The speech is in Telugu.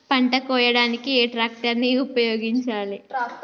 పంట కోయడానికి ఏ ట్రాక్టర్ ని ఉపయోగించాలి?